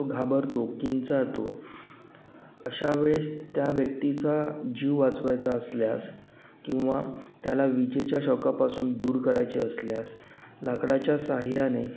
घाबरतो किंचाळतो अशा वेळेस त्या व्यक्तीचा जीव वाचवायचा असल्यास किंवा त्याला विजेचा शॉकापासून दूर करायचे असल्यास लाकडाच्या सहाय्याने